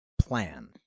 plan